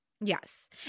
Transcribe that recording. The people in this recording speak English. Yes